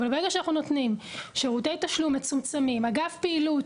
אבל ברגע שאנחנו נותנים שירותי תשלום מצומצמים אגב פעילות,